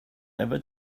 ever